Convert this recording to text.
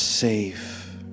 Safe